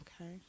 Okay